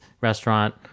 restaurant